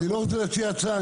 אני לא רוצה להציע הצעה,